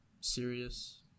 serious